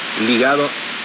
ligado